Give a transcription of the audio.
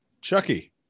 Chucky